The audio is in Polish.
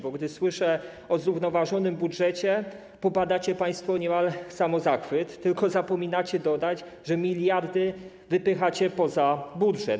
Bo gdy słyszę o zrównoważonym budżecie, popadacie niemal w samozachwyt, tylko zapominacie dodać, że miliardy wypychacie poza budżet.